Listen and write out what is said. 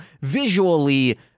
visually